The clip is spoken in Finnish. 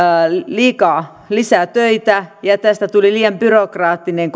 liikaa lisää töitä ja kokonaisuudesta tuli liian byrokraattinen